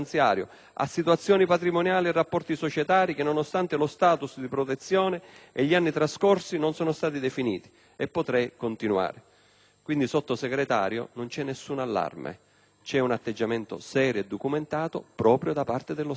a situazioni patrimoniali e a rapporti societari che, nonostante la *status* di protezione e gli anni trascorsi, non sono stati definiti. E potrei continuare. Signor Sottosegretario, non c'è nessun allarme, bensì un atteggiamento serio e documentato proprio da parte dello Stato,